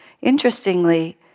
interestingly